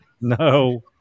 No